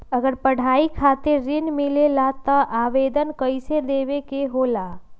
अगर पढ़ाई खातीर ऋण मिले ला त आवेदन कईसे देवे के होला?